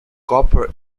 copper